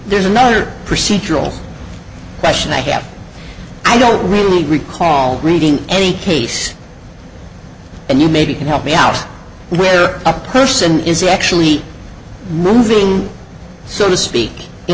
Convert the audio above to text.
there's another procedural question i have i don't really recall reading any case and you maybe can help me out where a person is actually moving so to speak